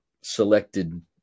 selected